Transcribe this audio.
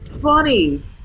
funny